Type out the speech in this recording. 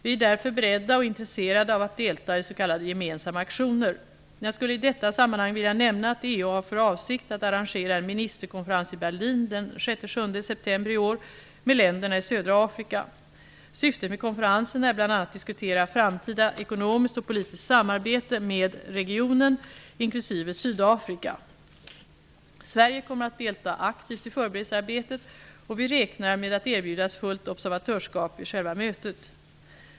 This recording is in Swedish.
Vi är därför beredda och intresserade av att delta i s.k. gemensamma aktioner. Jag skulle i detta sammanhang vilja nämna att EU har för avsikt att arrangera en ministerkonferens i Berlin den 6--7 september i år med länderna i södra Afrika. Syftet med konferensen är bl.a. att diskutera framtida ekonomiskt och politiskt samarbete med regionen, inklusive Sydafrika. Sverige kommer att delta aktivt i förberedelsearbetet, och vi räknar med att erbjudas fullt observatörsskap vid själva mötet.